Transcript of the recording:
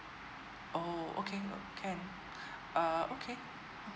orh okay uh can uh okay